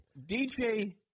DJ